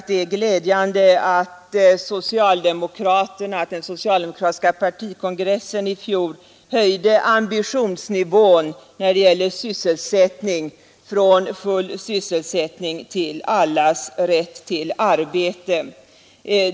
Det är glädjande att den socialdemokratiska partikongressen i fjol höjde ambitionsnivån när det gäller sysselsättning från full sysselsättning till allas rätt till arbete.